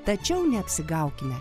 tačiau neapsigaukime